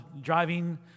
driving